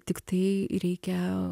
tiktai reikia